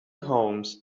homes